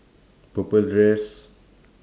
purple dress